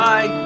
Bye